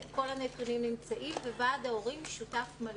כל הנתונים נמצאים וועד ההורים שותף מלא.